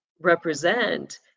represent